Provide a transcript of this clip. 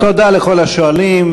תודה לכל השואלים.